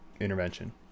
intervention